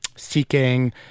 Seeking